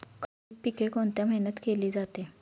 खरीप पिके कोणत्या महिन्यात केली जाते?